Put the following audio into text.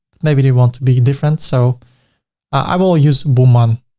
maybe they want to be different. so i will use woman.